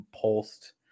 pulsed